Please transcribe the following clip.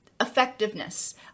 effectiveness